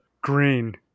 Green